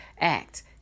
act